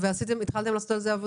התחלתם לעבוד על זה?